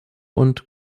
und